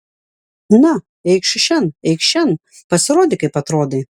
na eikš šen eikš šen pasirodyk kaip atrodai